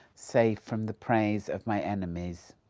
safe from the praise of my enemies